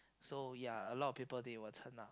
so ya a lot of people they will turn up